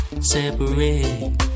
separate